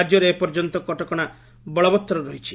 ରାଜ୍ୟରେ ଏ ପର୍ଯ୍ୟନ୍ତ କଟକଶା ବଳବତ୍ତର ରହିଛି